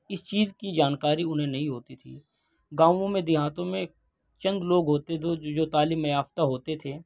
اس چیز کی جانکاری انہیں نہیں ہوتی تھی گاوؤں میں دیہاتوں میں چند لوگ ہوتے تھے جو تعلیم یافتہ ہوتے تھے